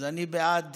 אז אני בעד